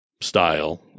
style